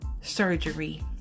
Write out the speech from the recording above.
surgery